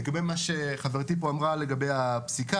לגבי מה שחברתי פה אמרה לגבי הפסיקה,